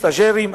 סטאז'רים,